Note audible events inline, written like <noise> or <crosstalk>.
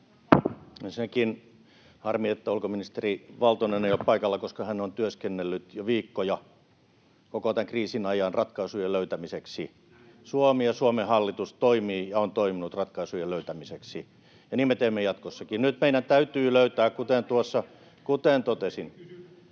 Ensinnäkin harmi, että ulkoministeri Valtonen ei ole paikalla, koska hän on työskennellyt jo viikkoja, koko tämän kriisin ajan, ratkaisujen löytämiseksi. Suomi ja Suomen hallitus toimii ja on toiminut ratkaisujen löytämiseksi, ja niin me teemme jatkossakin. Nyt meidän täytyy löytää, <noise> kuten totesin,